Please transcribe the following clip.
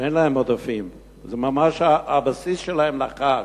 שאין להן עודפים, וזה ממש הבסיס שלהן לחג.